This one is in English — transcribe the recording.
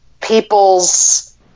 people's